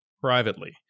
privately